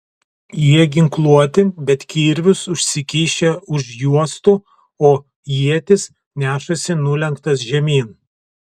jie ginkluoti bet kirvius užsikišę už juostų o ietis nešasi nulenktas žemyn